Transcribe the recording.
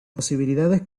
posibilidades